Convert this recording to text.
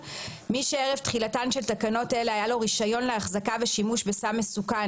מי שערב תחילתן של תקנות אלה היה לו רישיון להחזקה ושימוש בסם מסוכן,